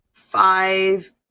five